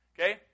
Okay